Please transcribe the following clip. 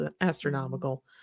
astronomical